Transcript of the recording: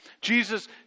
Jesus